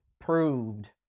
proved